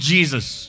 Jesus